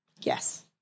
Yes